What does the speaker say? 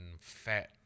fat